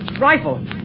Rifle